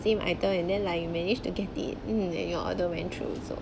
same item and then like you managed to get it mm and your order went through so